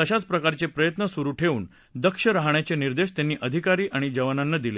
तशाच प्रकारचे प्रयत्न सुरू ठेवून दक्ष राहण्याचे निर्देश त्यांनी अधिकारी आणि जवानांना दिले